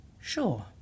Sure